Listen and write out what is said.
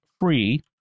free